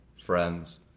friends